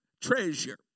treasure